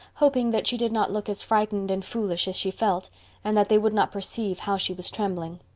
hoping that she did not look as frightened and foolish as she felt and that they would not perceive how she was trembling.